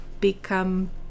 become